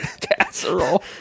Casserole